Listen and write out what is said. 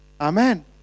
Amen